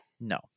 No